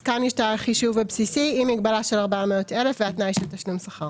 אז כאן יש את החישוב הבסיס עם מגבלה של 400,000 והתנאי של תשלום שכר.